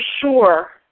sure